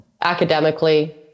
academically